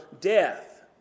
death